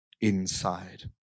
inside